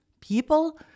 people